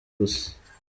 gusa